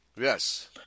Yes